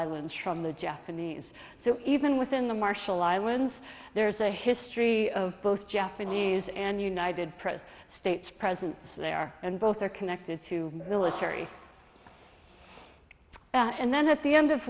islands schrum the japanese so even within the marshall islands there's a history of both japanese and united press states presence there and both are connected to military and then at the end of